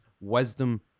wisdom